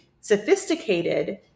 sophisticated